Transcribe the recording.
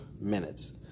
minutes